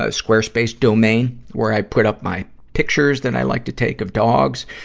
ah squarespace domain, where i put up my pictures that i like to take of dogs.